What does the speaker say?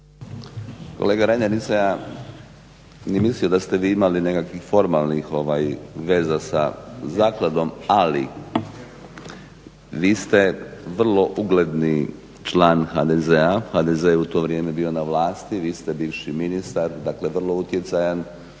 Kolega Reiner, nisam ja ni mislio da ste vi imali nekakvih formalnih veza sa zakladom, ali vi ste vrlo ugledni član HDZ-a, HDZ je u to vrijeme bio na vlasti, vi ste bivši ministar, dakle vrlo utjecajan,